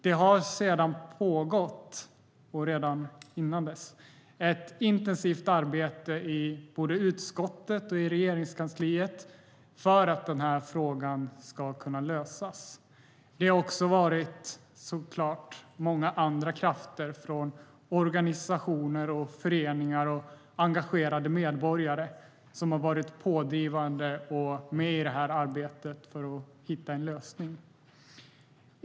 Det har pågått ett intensivt arbete, såväl i utskottet som i Regeringskansliet, för att lösa den här frågan. Givetvis har också många andra krafter från organisationer, föreningar och engagerade medborgare både varit pådrivande och deltagit i arbetet för att hitta en lösning.